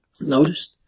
Notice